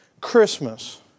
Christmas